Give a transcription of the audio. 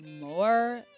more